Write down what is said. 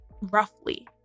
roughly